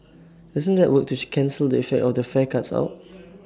doesn't that work to cancel the effect of the fare cuts out